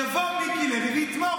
יבוא מיקי לוי ויתמוך,